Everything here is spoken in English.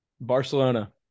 Barcelona